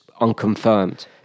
unconfirmed